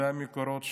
זה המקורות שלנו.